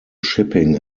shipping